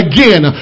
Again